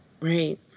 Right